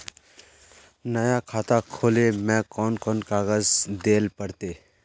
नया खाता खोले में कौन कौन कागज देल पड़ते?